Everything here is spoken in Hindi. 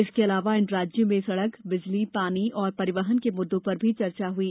इसके अलावा इन राज्यों में सड़क बिजली पानी और परिवहन के मुददों पर भी चर्चा हुई